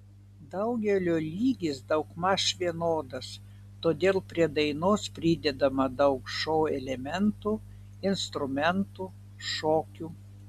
daugelio lygis daugmaž vienodas todėl prie dainos pridedama daug šou elementų instrumentų šokių